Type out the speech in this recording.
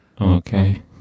Okay